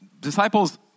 disciples